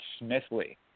Smithley